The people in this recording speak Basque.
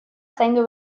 zaindu